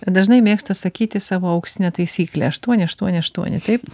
dažnai mėgsta sakyti savo auksinę taisyklę aštuoni aštuoni aštuoni taip